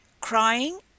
crying